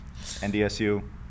NDSU